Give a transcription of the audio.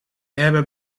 hebben